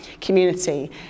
community